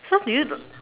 how do you do